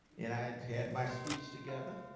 and i had my speech together.